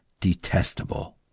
detestable